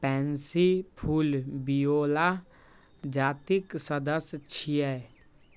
pansy फूल viola जातिक सदस्य छियै